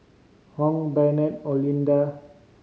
Hung Brent and Olinda